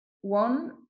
one